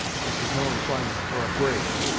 which is no empl'yment for a brave.